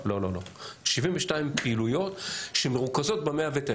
72 פעילויות שמרוכזות ב-109.